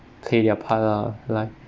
play their part lah like